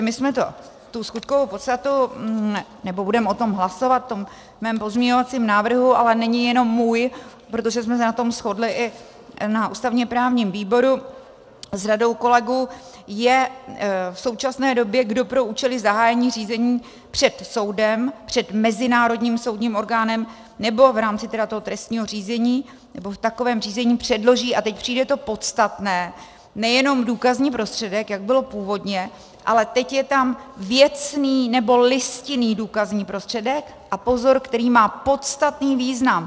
My jsme skutkovou podstatu, budeme o tom hlasovat v mém pozměňovacím návrhu, ale není jenom můj, protože jsme se na tom shodli i na ústavněprávním výboru s řadou kolegů je v současné době: kdo pro účely zahájení řízení před soudem, před mezinárodním soudním orgánem, nebo v rámci trestního řízení, nebo v takovém řízení předloží a teď přijde to podstatné: nejenom důkazní prostředek, jak bylo původně, ale teď je tam věcný nebo listinný důkazní prostředek, a pozor, který má podstatný význam.